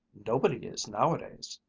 nobody is nowadays.